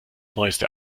neueste